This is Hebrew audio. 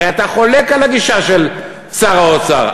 הרי אתה חולק על הגישה של שר האוצר.